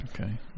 Okay